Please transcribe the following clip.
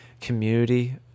community